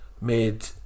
made